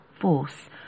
force